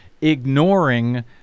ignoring